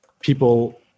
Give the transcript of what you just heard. people